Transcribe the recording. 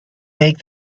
make